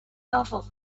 novel